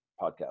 podcast